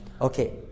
Okay